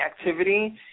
activity